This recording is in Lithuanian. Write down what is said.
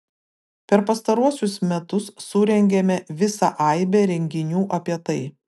per pastaruosius metus surengėme visą aibę renginių apie tai